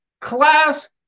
class